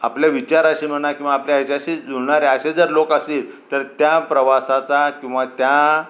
आपल्या विचार असे म्हणा किंवा आपल्या ह्याच्याशी जुळणाऱ्या असे जर लोक असतील तर त्या प्रवासाचा किंवा त्या